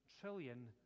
trillion